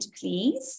please